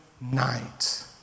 night